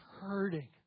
hurting